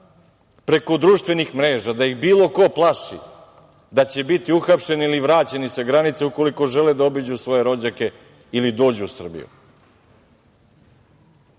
preko društvenih mreža ih bilo ko plaši da će biti uhapšeni ili vraćeni sa granice ukoliko žele da obiđu svoje rođake ili dođu u Srbiju.